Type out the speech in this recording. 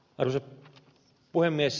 arvoisa puhemies